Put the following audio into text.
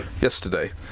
yesterday